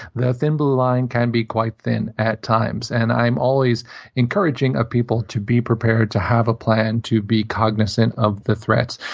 the thin blue line can be quite thin at times. and i'm always encouraging of people to be prepared, to have a plan, to be cognizant of the threats.